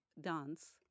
dance